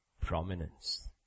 prominence